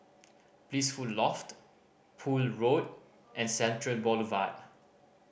Blissful Loft Poole Road and Central Boulevard